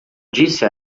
disse